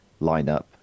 lineup